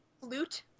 Flute